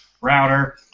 Router